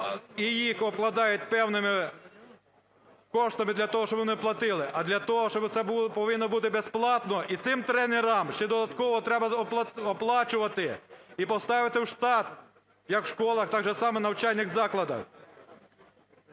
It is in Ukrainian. і їх обкладають певними коштами для того, щоб вони платили, а для того, щоб це повинно бути безплатно і цим тренерам ще додатково треба оплачувати і поставити в штат як в школах, так же само в навчальних закладах.